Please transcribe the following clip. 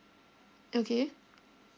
okay